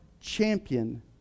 champion